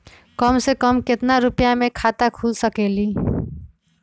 कम से कम केतना रुपया में खाता खुल सकेली?